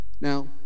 Now